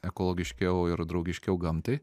ekologiškiau ir draugiškiau gamtai